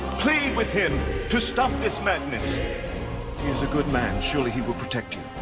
plead with him to stop this madness. he is a good man, surely he will protect you.